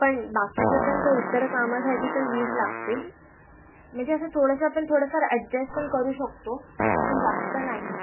पण बाकीच्या पण काही इतर कामासाठीपण वीज लागते म्हणजे असं थोडंसं आपण थोडंफार ॲडजेस्टपण करू शकतो पण जास्त नाही